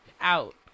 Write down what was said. Out